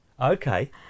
Okay